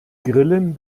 grillen